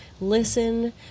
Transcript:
listen